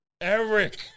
Eric